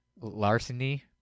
Larceny